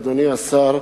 אדוני השר,